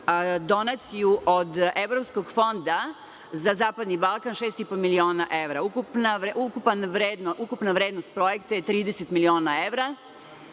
donaciju od Evropskog fonda za zapadni Balkan 6,5 miliona evra. Ukupna vrednost projekta je 30 miliona evra